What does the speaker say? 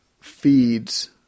feeds